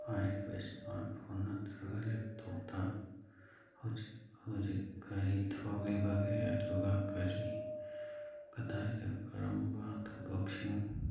ꯍꯥꯏꯔꯤꯕ smart phone ꯅꯠꯇ꯭ꯔꯒ ꯂꯦꯞꯇꯣꯞꯇ ꯍꯧꯖꯤꯛ ꯍꯧꯖꯤꯛ ꯀꯔꯤ ꯊꯣꯛꯂꯤꯕꯒꯦ ꯑꯗꯨꯒ ꯀꯔꯤ ꯀꯗꯥꯏꯗ ꯀꯔꯝꯕ ꯊꯧꯗꯣꯛꯁꯤꯡ